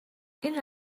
این